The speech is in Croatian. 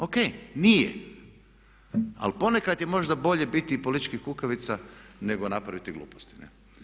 Ok, nije ali ponekad je možda bolje biti politički kukavica nego napraviti gluposti, ne.